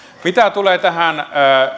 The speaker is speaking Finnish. mitä tulee tähän